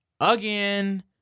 again